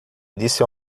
disse